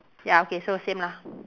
ya okay so same lah